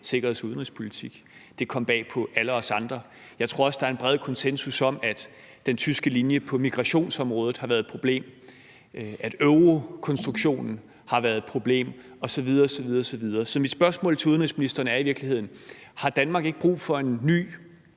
sikkerheds- og udenrigspolitik. Det kom bag på alle os andre. Jeg tror også, der er en bred konsensus om, at den tyske linje på migrationsområdet har været et problem, at eurokonstruktionen har været et problem osv. osv. Så mit spørgsmål til udenrigsministeren er i virkeligheden: Har Danmark ikke brug for en ny